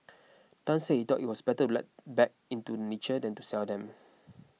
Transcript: Tan said he thought it was better to let back into nature than to sell them